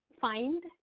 find